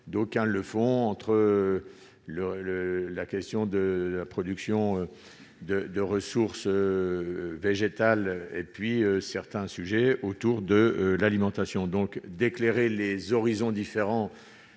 d'aucuns le font entre le le la question de la production de de ressources végétales et puis certains sujets autour de l'alimentation, donc d'éclairer les horizons différents,